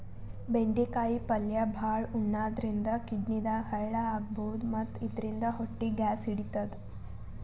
ಬೆಂಡಿಕಾಯಿ ಪಲ್ಯ ಭಾಳ್ ಉಣಾದ್ರಿನ್ದ ಕಿಡ್ನಿದಾಗ್ ಹಳ್ಳ ಆಗಬಹುದ್ ಮತ್ತ್ ಇದರಿಂದ ಹೊಟ್ಟಿ ಗ್ಯಾಸ್ ಹಿಡಿತದ್